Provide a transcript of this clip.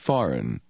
Foreign